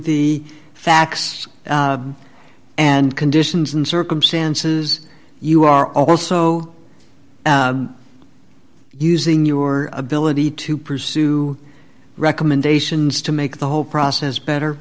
the facts and conditions and circumstances you are also using your ability to pursue recommendations to make the whole process